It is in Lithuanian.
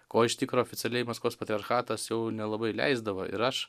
ko iš tikro oficialiai maskvos patriarchatas jau nelabai leisdavo ir aš